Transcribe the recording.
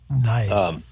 Nice